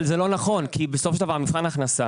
זה לא נכון כי בסופו של דבר מבחן ההכנסה,